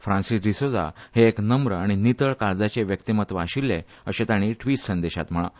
फ्रांसिस डिसोझा हे एक नम्र आनी नितळ काळजाचें व्यक्तीमत्व आशिल्लें अशें तांणी ट्वीट संदेशांत म्हळां